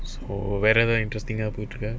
so whether the interesting I'll put together